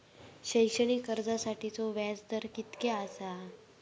शैक्षणिक कर्जासाठीचो व्याज दर कितक्या आसा?